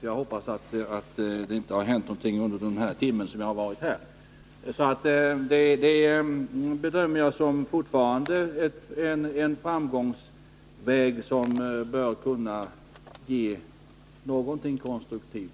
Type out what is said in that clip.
Jag hoppas att det inte har hänt något under den timme som jag har varit här i kammaren. Jag bedömer fortfarande detta som en framgångsväg som bör kunna ge något konstruktivt.